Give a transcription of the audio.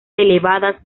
elevadas